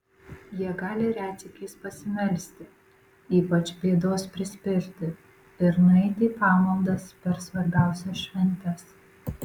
jie gali retsykiais pasimelsti ypač bėdos prispirti ir nueiti į pamaldas per svarbiausias šventes